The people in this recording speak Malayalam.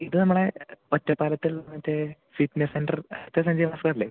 ഇത് നമ്മളെ ഒറ്റപ്പാലത്തുള്ള മറ്റെ ഫിറ്റ്നസ് സഞ്ജയ് മാസ്റ്റർ അല്ലെ